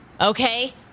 okay